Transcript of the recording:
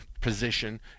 position